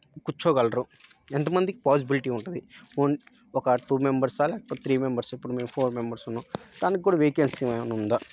కూర్చోగలరు ఎంతమందికి పాజిబిలిటీ ఉంటుంది ఒన్ ఒక టూ మెంబర్సా లేకపోతే త్రీ మెంబర్స్ ఇప్పుడు మేము ఫోర్ మెంబెర్స్ ఉన్నాం దానికి కూడా వేకెన్సీ ఏమన్నా ఉందా